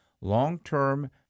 Long-term